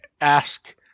ask